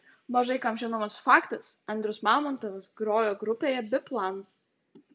mažai kam žinomas faktas andrius mamontovas grojo grupėje biplan